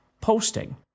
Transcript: posting